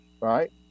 Right